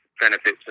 benefits